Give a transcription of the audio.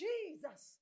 Jesus